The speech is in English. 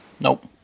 Nope